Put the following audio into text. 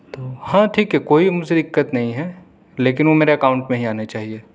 تو ہاں ٹھیک ہے کوئی مجھے دقت نہیں ہے لیکن وہ میرے اکاؤنٹ میں ہی آنا چاہئے